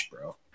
bro